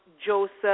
Joseph